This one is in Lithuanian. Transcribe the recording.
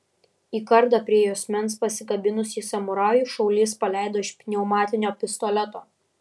į kardą prie juosmens pasikabinusį samurajų šaulys paleido iš pneumatinio pistoleto